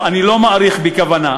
אני לא מאריך בכוונה.